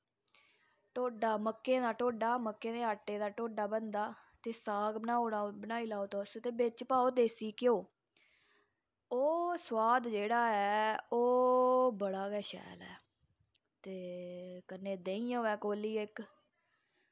टोड्डा मक्कें दा टोड्डा मक्कें दे आटे दा टोड्डा बनदा ते साग बनाई लाओ तुस ते बिच पाओ देसी घिओ ओह् सोआद जेह्ड़ा ऐ ओह् बड़ा गै शैल ऐ ते कन्नै देहीं होऐ कोल्ली इक